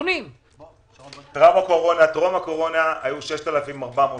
טרום הקורונה היו 6,400 עובדים.